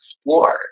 explore